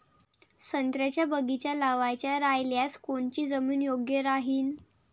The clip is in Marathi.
संत्र्याचा बगीचा लावायचा रायल्यास कोनची जमीन योग्य राहीन?